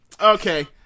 Okay